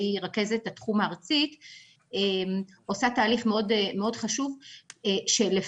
שהיא רכזת התחום הארצית עושה תהליך מאוד חשוב שלפי